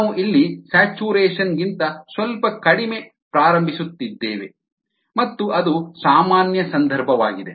ನಾವು ಇಲ್ಲಿ ಸ್ಯಾಚುರೇಶನ್ ಗಿಂತ ಸ್ವಲ್ಪ ಕಡಿಮೆ ಪ್ರಾರಂಭಿಸುತ್ತಿದ್ದೇವೆ ಮತ್ತು ಅದು ಸಾಮಾನ್ಯ ಸಂದರ್ಭವಾಗಿದೆ